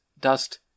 dust